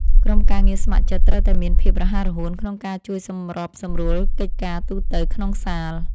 ក្រុមការងារស្ម័គ្រចិត្តត្រូវតែមានភាពរហ័សរហួនក្នុងការជួយសម្របសម្រួលកិច្ចការទូទៅក្នុងសាល។